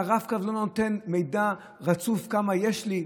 כשהרב-קו לא נותן מידע רצוף כמה יש לי,